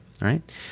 right